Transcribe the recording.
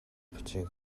бичиг